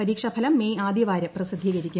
പരീക്ഷാഫലം മെയ് ആദ്യവാരം പ്രസിദ്ധീകരിക്കും